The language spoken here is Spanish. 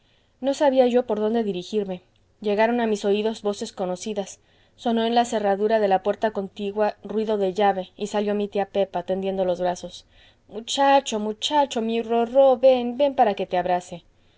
no sabía yo por dónde dirigirme llegaron a mis oídos voces conocidas sonó en la cerradura de la puerta contigua ruido de llave y salió mi tía pepa tendiendo los brazos muchacho muchacho mi rorró ven ven para que te abrace